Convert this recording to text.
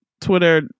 Twitter